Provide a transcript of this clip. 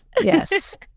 yes